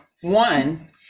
One